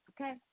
Okay